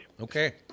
Okay